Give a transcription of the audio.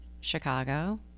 Chicago